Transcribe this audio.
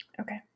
Okay